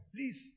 Please